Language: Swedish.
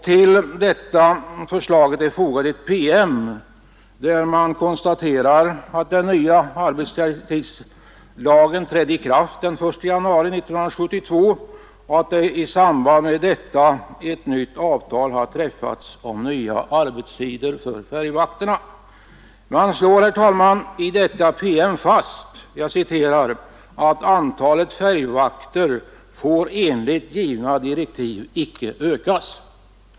Till detta förslag är fogat en PM, där man konstaterar att den nya arbetstidslagen trädde i kraft den 1 januari 1972 och att i samband därmed ett avtal träffats om nya arbetstider för färjvakterna. I denna PM slår man, herr talman, fast att ”antalet färjvakter får enligt givna direktiv icke ökas”.